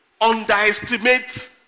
underestimate